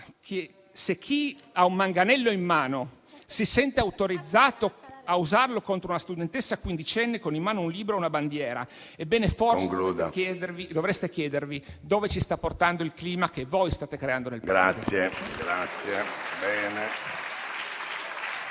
che se chi ha un manganello in mano si sente autorizzato a usarlo contro una studentessa quindicenne con in mano un libro o una bandiera, ebbene, forse dovreste chiedervi dove ci sta portando il clima che voi state creando nel Paese.